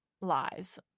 lies